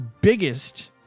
biggest